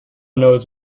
knows